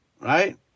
right